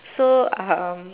so um